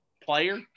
player